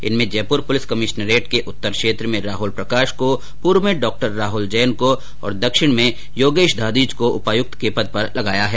इनमें Jaipur police commissionerate के उत्तर क्षेत्र में राहुल प्रकाश को पूर्व में डॉक्टर राहुल जैन को और दक्षिण में योगेश दाधीच को उपायुक्त के पद पर लगाया गया है